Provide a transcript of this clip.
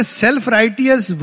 self-righteous